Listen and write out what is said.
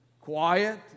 quiet